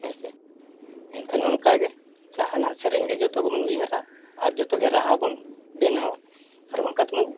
ᱦᱮᱸ ᱥᱮ ᱮᱱᱠᱷᱟᱱ ᱚᱱᱠᱟᱜᱮ ᱡᱟᱦᱟᱱᱟᱜ ᱥᱮᱨᱮᱧ ᱜᱮ ᱡᱚᱛᱚ ᱜᱮᱵᱚᱱ ᱩᱭᱦᱟᱹᱨᱟ ᱟᱨ ᱡᱚᱛᱚ ᱜᱮ ᱨᱟᱦᱟ ᱵᱚᱱ ᱵᱮᱱᱟᱣᱟ ᱟᱨ ᱚᱱᱠᱟ ᱛᱮᱢᱟ